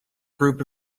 group